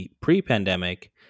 pre-pandemic